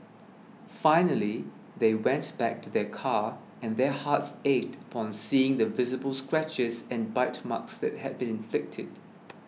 finally they went back to their car and their hearts ached upon seeing the visible scratches and bite marks that had been inflicted